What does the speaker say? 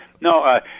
No